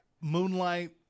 Moonlight